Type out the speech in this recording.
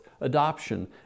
Adoption